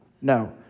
No